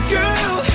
girl